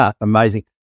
Amazing